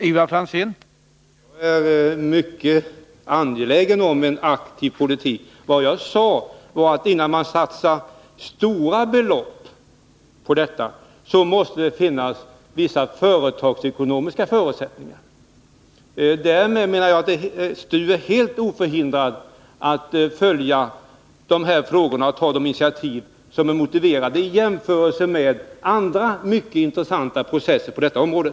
Herr talman! Jag är mycket angelägen om en aktiv politik. Vad jag sade var att innan man satsar stora belopp på detta område måste det finnas vissa företagsekonomiska förutsättningar. Därmed menar jag att STU är helt oförhindrad att följa dessa frågor och ta de initiativ som visar sig motiverade vid jämförelse med andra mycket intressanta projekt på detta område.